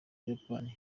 buyapani